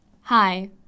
Hi